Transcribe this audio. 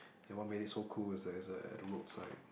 and what made it so cool is that it's at the roadside